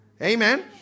Amen